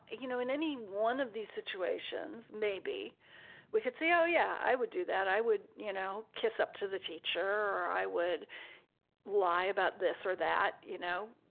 you know, in any one of these situations, maybe we could say, oh, yeah, i would do that. i would, you know, kiss up to the teacher. i would lie about this or that, you know.